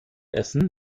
essen